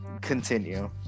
continue